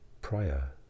prior